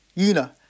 Una